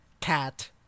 cat